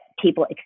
people